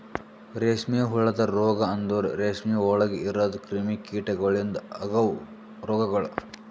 ರೇಷ್ಮೆ ಹುಳದ ರೋಗ ಅಂದುರ್ ರೇಷ್ಮೆ ಒಳಗ್ ಇರದ್ ಕ್ರಿಮಿ ಕೀಟಗೊಳಿಂದ್ ಅಗವ್ ರೋಗಗೊಳ್